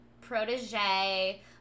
protege